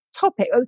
topic